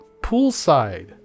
poolside